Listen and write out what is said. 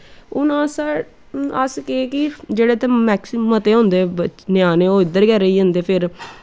हुन अस केह् कि जेह्ड़े ते मैक्सिमम ते होंदे ञ्याणे ओह् इध्दर गै रेही जंदे फिर